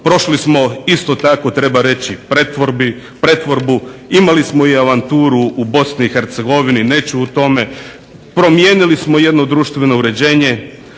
prošli smo isto tako treba reći pretvorbu, imali smo i avanturu u Bosni i Hercegovini, neću o tome. Promijenili smo jedno društveno uređenje,